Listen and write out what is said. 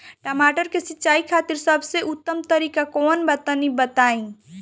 टमाटर के सिंचाई खातिर सबसे उत्तम तरीका कौंन बा तनि बताई?